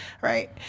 right